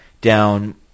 down